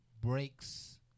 breaks